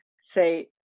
say